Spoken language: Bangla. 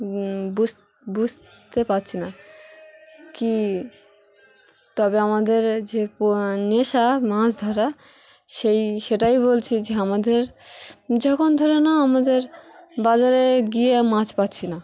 বুঝ বুঝতে পারছি না কি তবে আমাদের যে নেশা মাছ ধরা সেই সেটাই বলছি যে আমাদের যখন ধরে না আমাদের বাজারে গিয়ে মাছ পাচ্ছি না